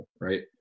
right